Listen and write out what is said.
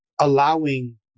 allowing